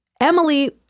Emily